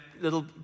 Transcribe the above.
little